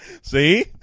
See